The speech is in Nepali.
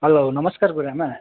हलो नमस्कार गुरुआमा